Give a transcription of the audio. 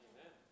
Amen